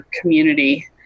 community